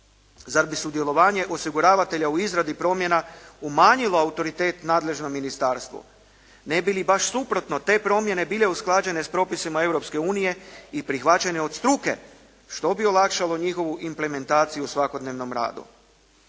Zar bi sudjelovanje osiguravatelja u izradi promjena umanjila autoritet nadležnog ministarstvu? Ne bi li baš suprotno te promjene bile usklađene s propisima Europske unije i prihvaćene od struke, što bi olakšalo njihovu implementaciju u svakodnevnom radu.